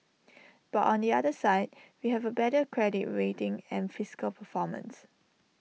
but on the other side we have A better credit rating and fiscal performance